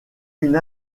une